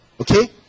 okay